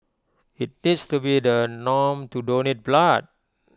IT deeds to be the norm to donate blood